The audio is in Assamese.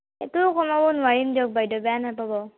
এইটোও কমাব নোৱাৰিম দিয়ক বাইদ' বেয়া নাপাব